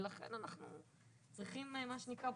ולכן אנחנו צריכים מה שנקרא,